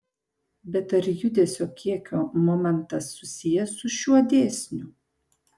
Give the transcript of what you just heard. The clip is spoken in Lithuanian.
bet ar judesio kiekio momentas susijęs su šiuo dėsniu